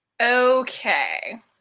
Okay